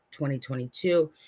2022